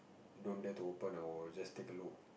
don't dare to open or you just take a look